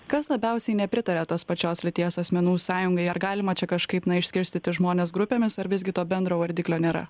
kas labiausiai nepritaria tos pačios lyties asmenų sąjungai ar galima čia kažkaip na išskirstyti žmones grupėmis ar visgi to bendro vardiklio nėra